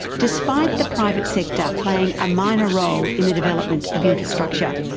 despite the private sector playing a minor role in the development of infrastructure,